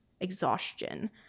exhaustion